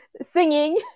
singing